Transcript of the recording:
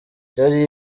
yari